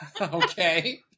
Okay